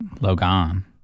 Logan